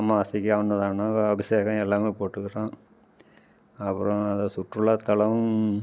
அமாவாசைக்கு அன்னதானம் அபிஷேகம் எல்லாமே போட்டுக்கிறோம் அப்புறம் அதுதான் சுற்றுலாத்தலம்